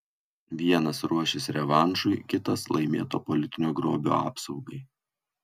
vienas ruošis revanšui kitas laimėto politinio grobio apsaugai